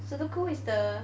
sudoku is the